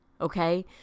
okay